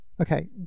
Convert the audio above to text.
Okay